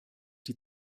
die